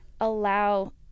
allow